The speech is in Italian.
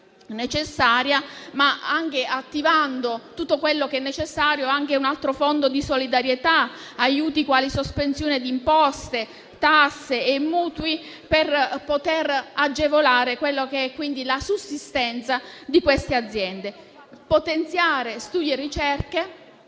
necessaria attivando anche tutto quello che è necessario, anche un altro fondo di solidarietà, e aiuti quali la sospensione di imposte, tasse e mutui per poter agevolare la sussistenza di quelle aziende. Potenziare studi e ricerche